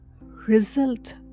result